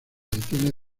detiene